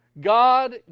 God